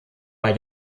bei